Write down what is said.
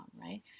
right